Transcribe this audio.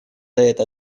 это